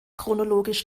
chronologisch